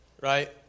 right